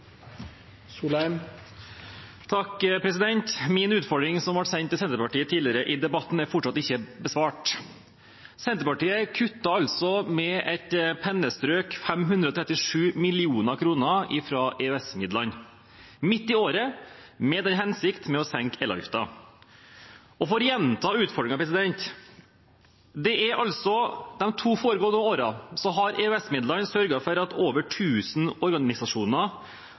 fortsatt ikke besvart. Senterpartiet kutter altså med et pennestrøk 537 mill. kr fra EØS-midlene, midt i året, i den hensikt å senke elavgiften. Og bare for å gjenta utfordringen: De to foregående årene har EØS-midlene sørget for at over 1 000 organisasjoner